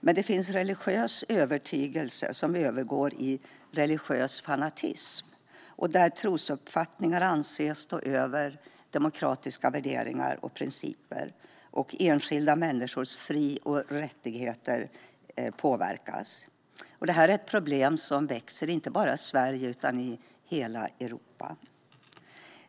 Men det finns religiös övertygelse som övergår i religiös fanatism och där trosuppfattningar anses stå över demokratiska värderingar och principer. Enskilda människors fri och rättigheter påverkas. Detta är ett problem som växer inte bara i Sverige utan i hela Europa.